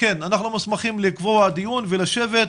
מוסמכים לקבוע דיון ולשבת,